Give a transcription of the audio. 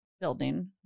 building